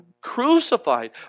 crucified